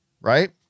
right